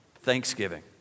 Thanksgiving